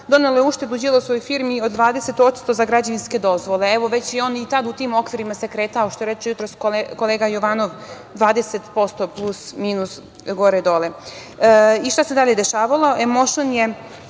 donela je uštedu Đilasovoj firmi od 20% za građevinske dozvole. Već se tada on u tim okvirima kretao, kao što reče jutros kolega Jovanov, 20%, plus minus, gore dole. Šta se dalje dešavalo? „Emoušn“ je